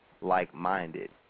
like-minded